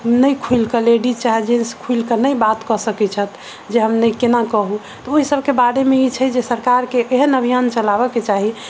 नहि खुलि के लेडीज चाहे जेंटस खुलि के नहि बात कऽ सकै छथि जे हम नहि केना कहू तऽ ओहि सबके बारे मे ई छै जे सरकार के एहन अभियान चलाबऽ के चाही